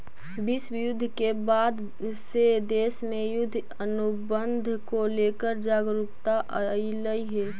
विश्व युद्ध के बाद से देश में युद्ध अनुबंध को लेकर जागरूकता अइलइ हे